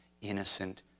innocent